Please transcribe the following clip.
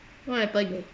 what happened